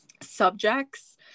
subjects